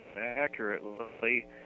accurately